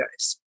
guys